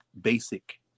basic